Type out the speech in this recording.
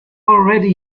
already